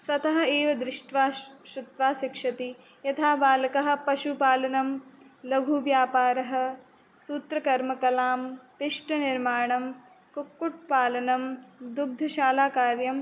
स्वतः एव दृष्ट्वा श् श्रुत्त्वा शिक्षति यथा बालकः पशुपालनं लघुव्यापारः सूत्रकर्मकलां पिष्टनिर्माणं कुक्कुट्पालनं दुग्ध शाला कार्यं